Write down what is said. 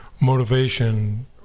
motivation